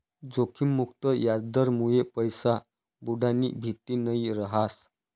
जोखिम मुक्त याजदरमुये पैसा बुडानी भीती नयी रहास